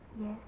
Yes